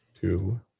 two